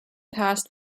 passed